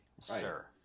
sir